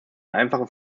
einfache